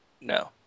No